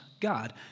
God